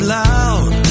loud